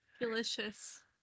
delicious